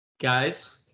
Guys